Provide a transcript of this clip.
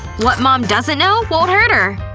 what mom doesn't know won't hurt her.